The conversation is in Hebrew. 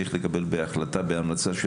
אני חושב שצריך לקבל בהחלטה בהמלצה של